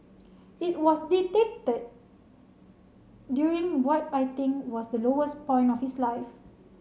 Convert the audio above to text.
it was dictated during what I think was the lowest point of his life